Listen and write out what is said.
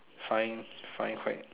find find quite